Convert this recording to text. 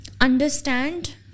understand